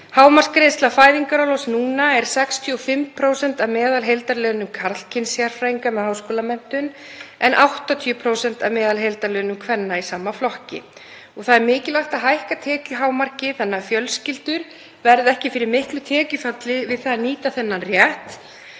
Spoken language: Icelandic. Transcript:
Hámarksgreiðsla fæðingarorlofs núna er 65% af meðalheildarlaunum karlkyns sérfræðinga með háskólamenntun en 80% af meðalheildarlaunum kvenna í sama flokki. Það er mikilvægt að hækka tekjuhámarkið þannig að fjölskyldur verði ekki fyrir miklu tekjufalli við það að nýta þennan rétt.